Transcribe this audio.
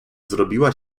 zrobiła